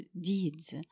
deeds